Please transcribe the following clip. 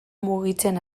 mugitzen